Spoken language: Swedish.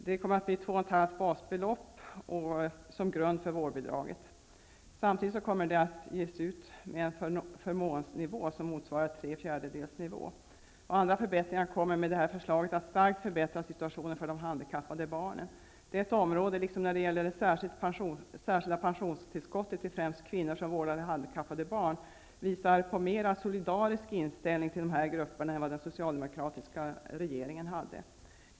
2,5 basbelopp kommer att ligga till grund för vårdbidraget. Samtidigt kommer det att ges ut med en förmånsnivå som motsvarar tre fjärdedels nivå. Andra förbättringar kommer med detta förslag att starkt förbättra situationen för de handikappade barnen. Detta område, liksom när det gäller det särskilda pensionstillskottet till främst kvinnor som vårdat handikappade barn, visar på en mer solidarisk inställning till dessa grupper än vad den socialdemokratiska regeringen hade.